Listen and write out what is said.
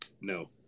no